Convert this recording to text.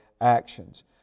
actions